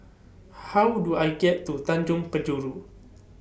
How Do I get to Tanjong Penjuru